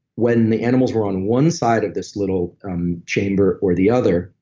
when the animals were on one side of this little um chamber or the other,